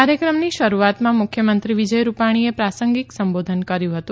કાર્યક્રમની શરૂઆતમાં મુખ્યમંત્રી વિજય રૂપાણીએ પ્રાસંગિક સંબોધન કર્યું હતું